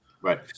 Right